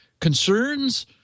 Concerns